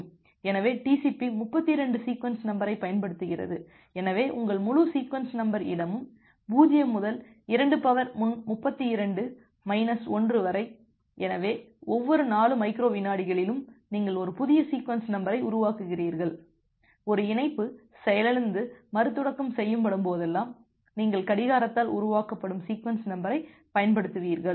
எனவே TCP 32 sequence நம்பரைப் பயன்படுத்துகிறது எனவே உங்கள் முழு சீக்வென்ஸ் நம்பர் இடமும் 0 முதல் 232 1 வரை எனவே ஒவ்வொரு 4 மைக்ரோ விநாடிகளிலும் நீங்கள் ஒரு புதிய சீக்வென்ஸ் நம்பரை உருவாக்குகிறீர்கள் ஒரு இணைப்பு செயலிழந்து மறுதொடக்கம் செய்யப்படும்போதெல்லாம் நீங்கள் கடிகாரத்தால் உருவாக்கப்படும் சீக்வென்ஸ் நம்பரைப் பயன்படுத்துவீர்கள்